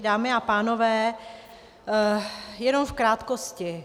Dámy a pánové, jenom v krátkosti.